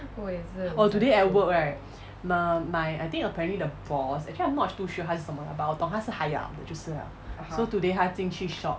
oh today at work right mah my apparently I think the boss actually I'm not too sure 他是什么 lah but 我懂他是 higher up 的就是 liao so today 他进去 shop